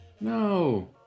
no